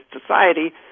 society